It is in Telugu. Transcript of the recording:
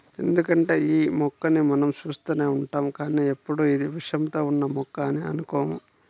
ఎందుకంటే యీ మొక్కని మనం చూస్తూనే ఉంటాం కానీ ఎప్పుడూ ఇది విషంతో ఉన్న మొక్క అని అనుకోము